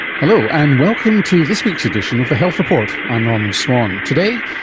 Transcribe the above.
hello, and welcome to this week's edition of the health report, i'm norman swan. today,